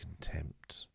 contempt